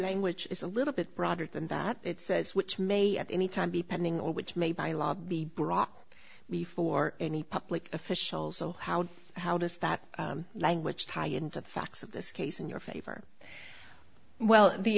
language is a little bit broader than that it says which may at any time be pending or which may by law the brock before any public officials oh how how does that language tie into the facts of this case in your favor well the